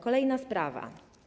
Kolejna sprawa.